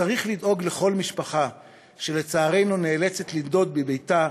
צריך לדאוג לכל משפחה שלצערנו נאלצת לנדוד מביתה,